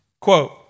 quote